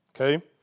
okay